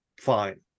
fine